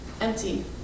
empty